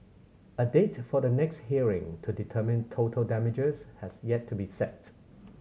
a date for the next hearing to determine total damages has yet to be set